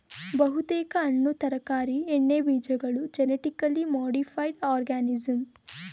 ಬಹುತೇಕ ಹಣ್ಣು ತರಕಾರಿ ಎಣ್ಣೆಬೀಜಗಳು ಜೆನಿಟಿಕಲಿ ಮಾಡಿಫೈಡ್ ಆರ್ಗನಿಸಂ